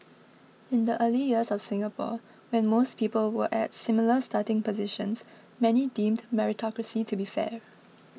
in the early years of Singapore when most people were at similar starting positions many deemed meritocracy to be fair